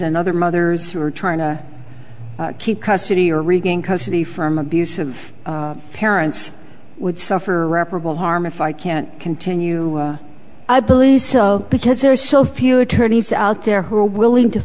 and other mothers who are trying to keep custody or regain custody from abusive parents would suffer reparable harm if i can't continue i police so because there are so few attorneys out there who are willing to